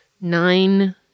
nine